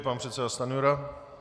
Pan předseda Stanjura.